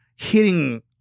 hitting